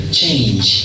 change